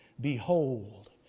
Behold